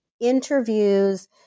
interviews